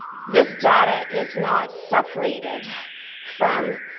this data is not separated from